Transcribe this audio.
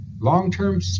long-term